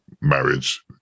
marriage